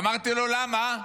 אמרתי לו: למה?